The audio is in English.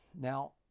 Now